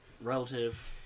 Relative